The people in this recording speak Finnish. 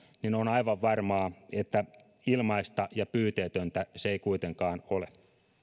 niin on aivan varmaa että ilmaista ja pyyteetöntä se ei kuitenkaan ole